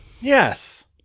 Yes